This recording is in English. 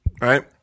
right